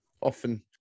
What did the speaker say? often